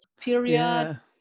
period